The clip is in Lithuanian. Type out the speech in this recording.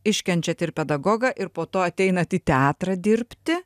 iškenčiat ir pedagogą ir po to ateinat į teatrą dirbti